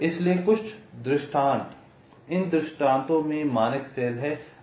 इसलिए कुछ दृष्टांत इन दृष्टांतों में मानक सेल हैं